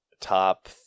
top